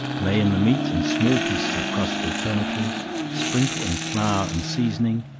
lay in the meat and small pieces of crust alternately sprinkle in flour and seasoning,